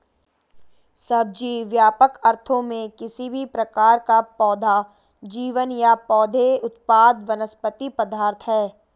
सब्जी, व्यापक अर्थों में, किसी भी प्रकार का पौधा जीवन या पौधे उत्पाद वनस्पति पदार्थ है